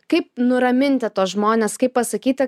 kaip nuraminti tuos žmones kaip pasakyti